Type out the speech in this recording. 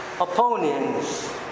opponents